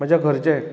म्हज्या घरचे